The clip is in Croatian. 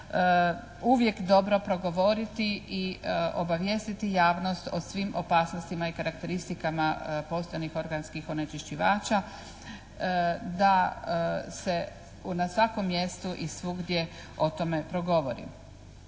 uvijek dobro progovoriti i obavijestiti javnost o svim opasnostima i karakteristikama postojanih organskih onečišćivača da se na svakom mjestu i svugdje o tome progovori.